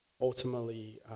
Ultimately